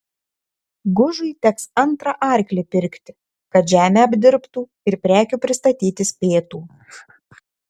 gužui teks antrą arklį pirkti kad žemę apdirbtų ir prekių pristatyti spėtų